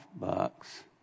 bucks